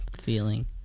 feeling